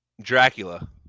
Dracula